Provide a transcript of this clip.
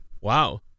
Wow